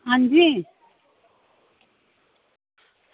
आं जी